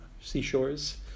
seashores